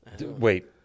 Wait